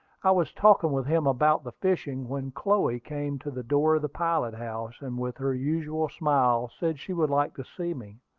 i was talking with him about the fishing, when chloe came to the door of the pilot-house, and with her usual smile said she would like to see me.